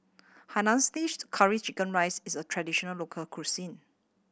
Curry Chicken rice is a traditional local cuisine